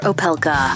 Opelka